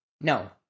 No